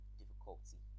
difficulty